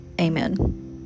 Amen